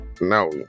no